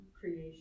creation